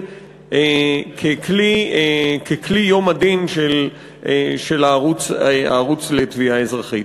ככלי יום הדין של הערוץ לתביעה אזרחית.